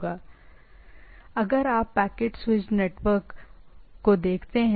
इसलिए आम तौर पर अगर आप पैकेट स्विचड नेटवर्क को देखते हैं